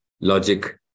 logic